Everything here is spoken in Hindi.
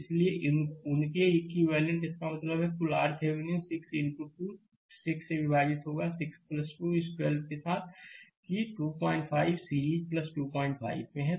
इसलिए उनके इक्विवेलेंट इसका मतलब है कुल RThevenin 6 इनटू 2 6 से विभाजित होगा 6 2 इस 12 के साथ कि 25 सीरीज 25 में है